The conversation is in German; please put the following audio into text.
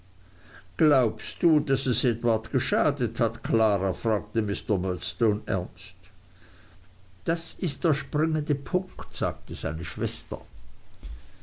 glaubst du daß es edward geschadet hat klara fragte mr murdstone ernst das ist der springende punkt sagte seine schwester